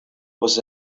was